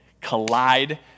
collide